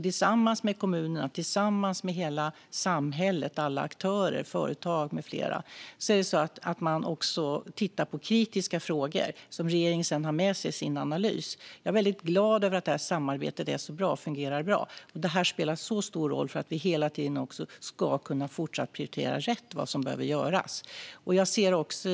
Tillsammans med kommunerna och tillsammans med hela samhället - alla aktörer, företag med flera - tittar de på kritiska frågor som regeringen sedan har med sig i sin analys. Jag är mycket glad över att detta samarbete fungerar så bra. Det spelar stor roll för att vi hela tiden ska kunna fortsätta att prioritera rätt när det gäller vad som behöver göras.